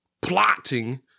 plotting